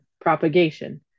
propagation